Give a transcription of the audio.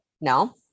no